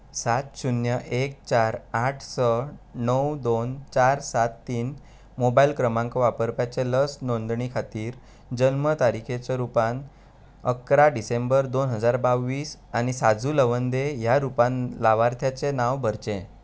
सात शून्य एक चार आठ स णव दोन चार सात तीन मोबायल क्रमांक वापरप्याचे लस नोंदणी खातीर जल्म तारीखेच्या रुपान अकरा डिसेंबर दोन हजार बावीस आनी साजू लवंदे ह्या रुपान लावार्थ्याचें नांव भरचें